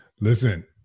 Listen